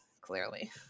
clearly